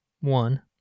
one